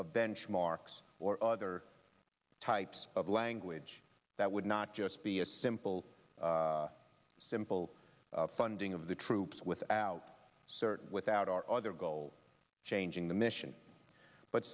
of benchmarks or other types of language that would not just be a simple simple funding of the troops without certain without our other goal changing the mission but